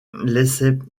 laissaient